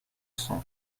sang